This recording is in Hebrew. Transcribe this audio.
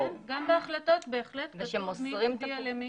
כן, גם בהחלטות, בהחלט, כתוב מי הצביע למי.